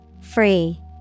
Free